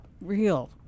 real